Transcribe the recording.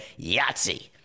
Yahtzee